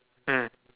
mm